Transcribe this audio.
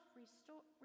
restore